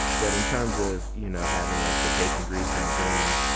but in terms of you know having like the bacon grease and the grains,